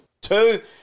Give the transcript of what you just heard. Two